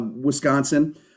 Wisconsin